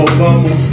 Obama